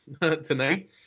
tonight